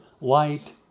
light